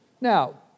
Now